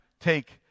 take